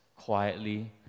quietly